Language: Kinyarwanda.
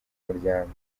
muryango